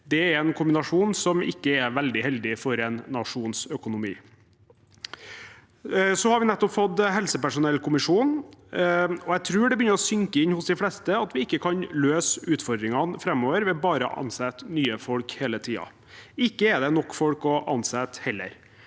det er en kombinasjon som ikke er veldig heldig for en nasjons økonomi. Så har vi nettopp fått helsepersonellkommisjonen, og jeg tror det begynner å synke inn hos de fleste at vi ikke kan løse utfordringene framover ved bare å ansette nye folk hele tiden. Ikke er det nok folk å ansette heller.